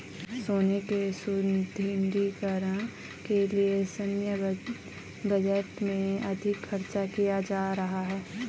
सेना के सुदृढ़ीकरण के लिए सैन्य बजट में अधिक खर्च किया जा रहा है